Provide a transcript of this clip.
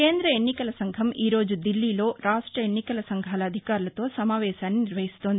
కేంద్ర ఎన్నికల సంఘం ఈ రోజు దిల్లీలో రాష్ట ఎన్నికల సంఘాల అధికారులతో సమావేశాన్ని నిర్వహిస్తోంది